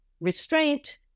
restraint